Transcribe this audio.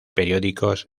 periódicos